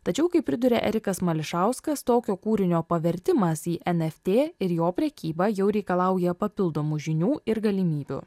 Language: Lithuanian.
tačiau kaip priduria erikas mališauskas tokio kūrinio pavertimas į eft ir jo prekyba jau reikalauja papildomų žinių ir galimybių